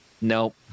Nope